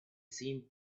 seen